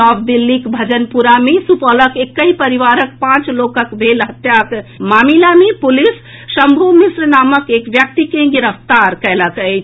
नव दिल्लीक भजनपुरा मे सुपौलक एकहि परिवारक पांच लोकक भेल हत्याक मामिला मे पुलिस शम्भू मिश्र नामक एक व्यक्ति के गिरफ्तार कयलक अछि